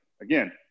again